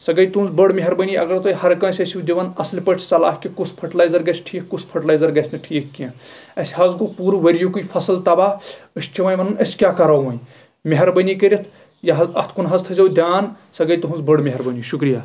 سۄ گٔیے تُہنز بٔڑ مہربٲنی اَگر تُہۍ ہر کانٛسہِ ٲسِو دِوان اَصٕل پٲٹھۍ صلح کہِ کُس فٔٹلایزر گژھِ ٹھیٖک کُس فٔٹلایزر گژھِ نہٕ ٹھیٖک کیٚنٛہہ اَسہِ حظ گوٚو پوٗرٕ ؤریکُے فَصٕل تَباہ أسۍ چھِ وۄنۍ وَنان أسۍ کیاہ کَرو وۄنۍ مہربٲنی کٔرِتھ یہ حظ اَتھ کُن حظ تھٲیزیٚو دیان سۄ گٔیے تُہنٛز بٔڑ مہربٲنی شُکرِیا